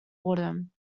autumn